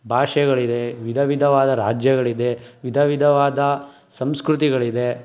ಭಾಷೆಗಳಿದೆ ವಿಧವಿಧವಾದ ರಾಜ್ಯಗಳಿದೆ ವಿಧವಿಧವಾದ ಸಂಸ್ಕೃತಿಗಳಿದೆ